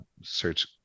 search